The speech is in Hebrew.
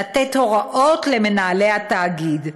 לתת הוראות למנהלי התאגיד,